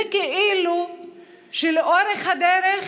וכאילו שלאורך הדרך